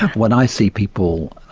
when i see people,